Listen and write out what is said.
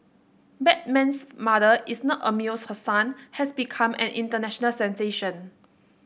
Batman's mother is not amused her son has become an international sensation